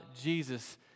Jesus